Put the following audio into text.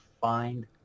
find